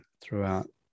throughout